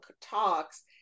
talks